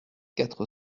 quatre